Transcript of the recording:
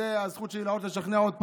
זאת הזכות שלי לעלות לשכנע עוד פעם,